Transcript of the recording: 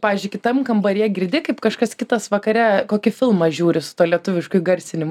pavyzdžiui kitam kambaryje girdi kaip kažkas kitas vakare kokį filmą žiūri su tuo lietuvišku įgarsinimu